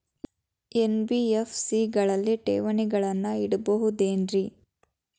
NBFC ಗಳಲ್ಲಿ ಠೇವಣಿಗಳನ್ನು ಇಡಬಹುದೇನ್ರಿ?